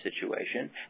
situation